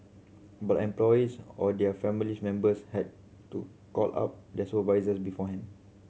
but employees or their family members had to call up their supervisors beforehand